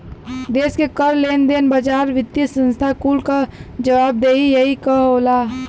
देस के कर, लेन देन, बाजार, वित्तिय संस्था कुल क जवाबदेही यही क होला